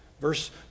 Verse